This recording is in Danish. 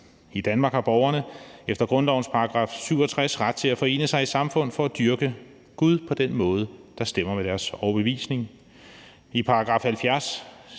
I Danmark har borgerne efter grundlovens § 67 »ret til at forene sig i samfund for at dyrke Gud på den måde, der stemmer med deres overbevisning«. I § 70 står der,